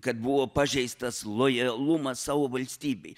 kad buvo pažeistas lojalumas savo valstybei